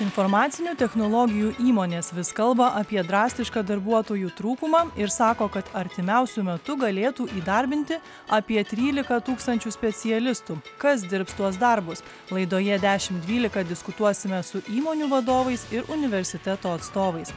informacinių technologijų įmonės vis kalba apie drastišką darbuotojų trūkumą ir sako kad artimiausiu metu galėtų įdarbinti apie tryliką tūkstančių specialistų kas dirbs tuos darbus laidoje dešimt dvylika diskutuosime su įmonių vadovais ir universiteto atstovais